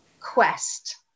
quest